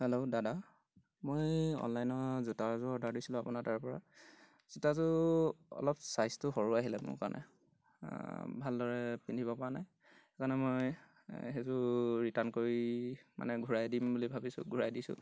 hello দাদা মই অনলাইনৰ জোতা এযোৰ অৰ্ডাৰ দিছিলোঁ আপোনাৰ তাৰপৰা জোতাযোৰ অলপ চাইজটো সৰু আহিলে মোৰ কাৰণে ভালদৰে পিন্ধিব পৰা নাই সেইকাৰণে মই সেইযোৰ ৰিটাৰ্ণ কৰি মানে ঘূৰাই দিম বুলি ভাবিছোঁ ঘূৰাই দিছোঁ